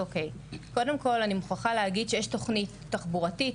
קודם כול, אני מוכרחה להגיד שיש תוכנית תחבורתית.